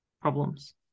problems